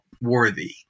worthy